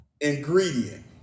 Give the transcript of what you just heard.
ingredient